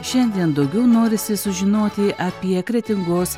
šiandien daugiau norisi sužinoti apie kretingos